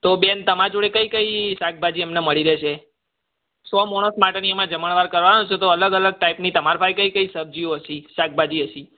તો બેન તમારી જોડે કઈ કઈ શાકભાજી અમને મળી રહેશે સો માણસ માટેની અમારે જમણવાર કરવાનો છે તો અલગ અલગ ટાઈપની તમારી પાસે કઈ કઈ સબ્જીઓ હશે શાકભાજી હશે